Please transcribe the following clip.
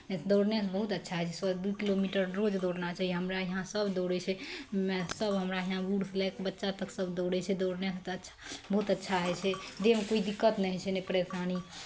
दौड़नेसे बहुत अच्छा होइ छै सुबह दुइ किलोमीटर रोज दौड़ना चाही हमरा यहाँ सभ दौड़ै छै सभ हमरा यहाँ बूढ़से लैके बच्चा तक सभ दौड़ै छै दौड़नेसे तऽ अच्छा बहुत अच्छा होइ छै देहमे कोइ दिक्कत नहि होइ कोइ परेशानी